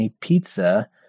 pizza